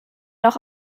noch